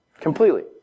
Completely